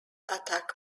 attack